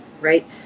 right